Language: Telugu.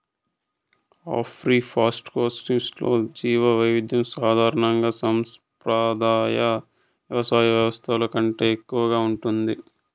ఆగ్రోఫారెస్ట్రీ సిస్టమ్స్లో జీవవైవిధ్యం సాధారణంగా సంప్రదాయ వ్యవసాయ వ్యవస్థల కంటే ఎక్కువగా ఉంటుంది